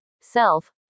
self